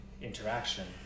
Interaction